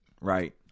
right